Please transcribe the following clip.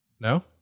no